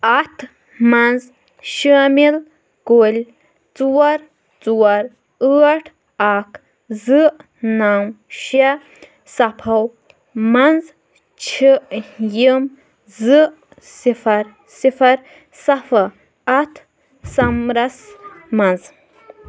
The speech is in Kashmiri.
اتھ منٛز شٲمِل کُل ژور ژور ٲٹھ اکھ زٕ نو شےٚ صفَو منٛز چھِ یم زٕ صِفر صِفر صفہٕ اتھ صمرس منز